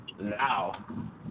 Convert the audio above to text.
now